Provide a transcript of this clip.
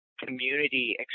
community